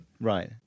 right